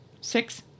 Six